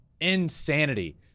insanity